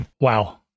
Wow